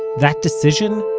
that decision?